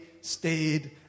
stayed